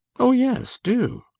oh yes, do!